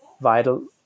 vital